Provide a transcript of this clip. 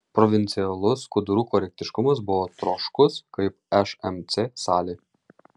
provincialus skudurų korektiškumas buvo troškus kaip šmc salė